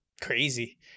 crazy